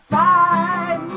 five